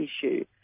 issue